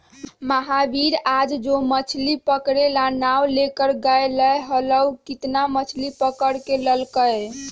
महावीर आज जो मछ्ली पकड़े ला नाव लेकर गय लय हल ऊ कितना मछ्ली पकड़ कर लल कय?